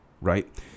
right